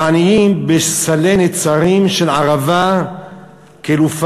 והעניים בסלי נצרים של ערבה קלופה.